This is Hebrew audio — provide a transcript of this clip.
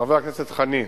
חבר הכנסת חנין,